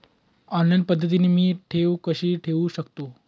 Online पद्धतीने मी ठेव कशी ठेवू शकतो?